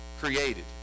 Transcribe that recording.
created